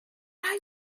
how